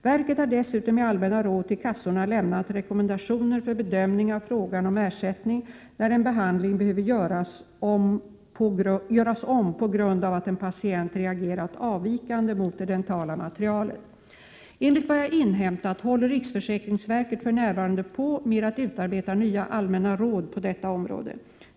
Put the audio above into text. Verket har dessutom i allmänna råd till kassorna lämnat rekommendationer för bedömning av frågan om ersättning när en behandling behöver göras om på grund av att en patient reagerat avvikande mot det dentala materialet. Enligt vad jag inhämtat håller riksförsäkringsverket för närvarande på med att utarbeta nya allmänna råd på detta område.